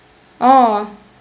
oh